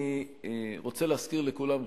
אני רוצה להזכיר לכולם כאן,